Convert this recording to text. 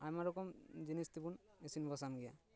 ᱟᱭᱢᱟ ᱨᱚᱠᱚᱢ ᱱᱤᱡᱤᱥ ᱛᱮᱵᱚᱱ ᱤᱥᱤᱱ ᱵᱟᱥᱟᱝ ᱜᱮᱭᱟ